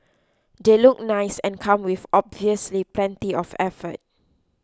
they look nice and come with obviously plenty of effort